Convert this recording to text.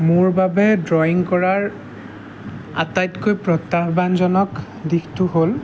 মোৰ বাবে ড্ৰয়িং কৰাৰ আটাইতকৈ প্ৰত্যাহ্বানজনক দিশটো হ'ল